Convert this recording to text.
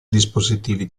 dispositivi